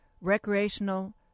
recreational